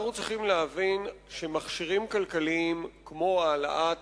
אנחנו צריכים להבין שמכשירים כלכליים כמו העלאת